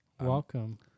Welcome